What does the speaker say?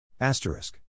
Asterisk